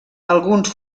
alguns